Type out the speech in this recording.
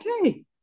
Okay